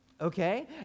Okay